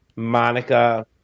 Monica